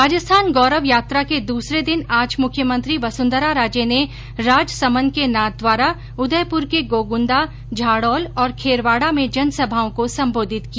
राजस्थान गौरव यात्रा के दूसरे दिन आज मुख्यमंत्री वसुन्धरा राजे ने राजसमन्द के नाथद्वारा उदयपुर के गोग़ंदा झाड़ौल और खेरवाड़ा में जनसभाओं को संबोधित किया